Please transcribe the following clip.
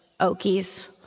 Okies